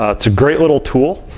ah it's a great little tool.